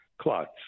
clots